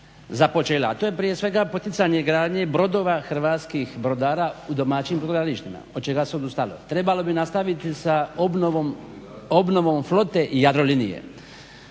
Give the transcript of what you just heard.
započela, a to je prije svega poticanje gradnje brodova hrvatskih brodara u domaćim brodogradilištima, od čega su odustali. Trebalo bi nastaviti sa obnovom flote Jadrolinije,